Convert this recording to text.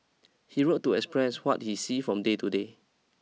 he wrote to express what he see from day to day